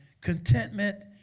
contentment